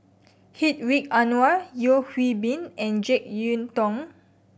Hedwig Anuar Yeo Hwee Bin and Jek Yeun Thong